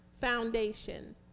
foundation